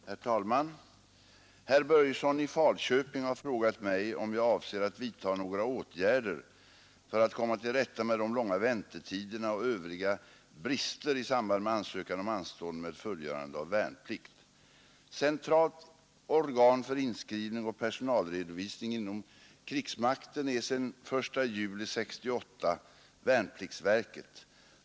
Herr talman! Herr Börjesson i Falköping har frågat mig om jag avser att vidta några åtgärder för att komma till rätta med de långa väntetiderna och övriga brister i samband med ansökan om anstånd med fullgörande av värnplikt. Centralt organ för inskrivning och personalredovisning inom krigsmakten är sedan den 1 juli 1968 värnpliktsverket.